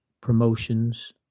promotions